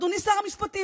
אדוני שר המשפטים,